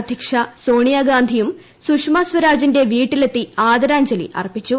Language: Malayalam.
അധ്യക്ഷ സോണിയാഗാന്ധിയും സുഷമ സ്വരാജിന്റെ വീട്ടിലെത്തി ആദരാഞ്ജലി അർപ്പിച്ചു